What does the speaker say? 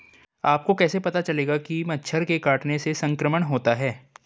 आपको कैसे पता चलेगा कि मच्छर के काटने से संक्रमण होता है?